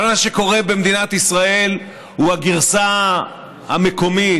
אבל מה שקורה במדינת ישראל הוא הגרסה המקומית,